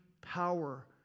power